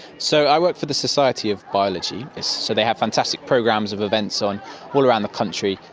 so i work for the society of biology. so they have fantastic programs of events on all around the country,